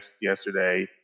yesterday